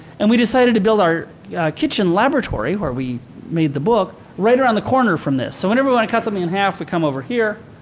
and we decided to build our kitchen laboratory, where we made the book, right around the corner from this. so whenever we wanted to cut something in half, we come over here.